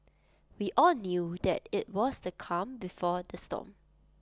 we all knew that IT was the calm before the storm